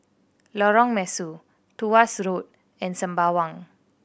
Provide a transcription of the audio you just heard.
Lorong Mesu Tuas Road and Sembawang